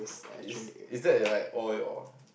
is is that like all your